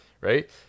right